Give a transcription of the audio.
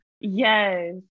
yes